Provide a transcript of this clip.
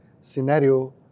scenario